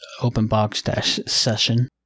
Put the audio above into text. OpenBox-Session